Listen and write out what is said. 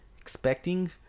expecting